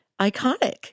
iconic